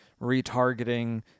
retargeting